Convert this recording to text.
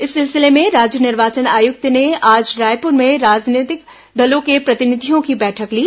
इस सिलसिले में राज्य निर्वाचन आयुक्त ने आज रायपुर में राजनीतिक दलों के प्रतिनिधियों की बैठक ली